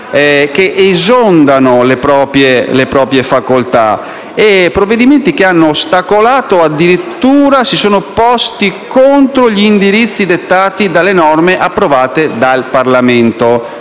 oltrepassato le sue facoltà; provvedimenti che hanno ostacolato o addirittura si sono posti contro gli indirizzi dettati dalle norme approvate dal Parlamento.